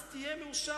אז תהיה מאושר'.